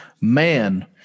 man